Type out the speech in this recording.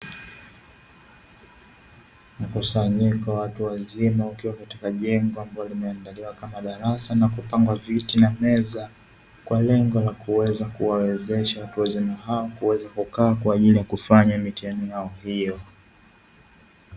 Mkusanyiko wa watu wazima. wakiwa katika jengo ambalo limeandaliwa katika darasa lililopangwa kwa viti na meza kwa lengo la kuweza kuwawezesha watu wazima haou waweze kufanya mitihani yao.